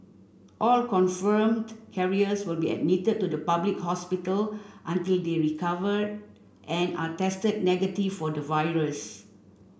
all confirmed carriers will be admitted to a public hospital until they recover and are tested negative for the virus